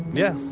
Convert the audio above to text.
yeah.